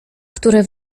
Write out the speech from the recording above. które